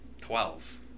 Twelve